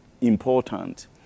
important